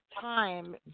time